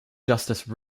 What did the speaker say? justice